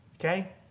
Okay